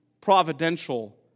providential